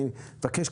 אני מבקש,